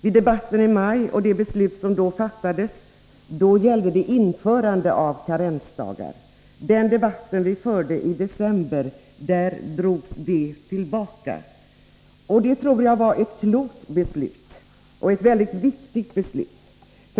Vid debatten i maj gällde beslutet införande av karensdagar. Vid debatten i december revs det beslutet upp. Det tror jag var ett klokt och viktigt beslut.